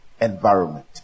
environment